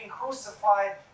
crucified